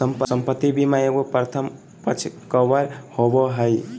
संपत्ति बीमा एगो प्रथम पक्ष कवर होबो हइ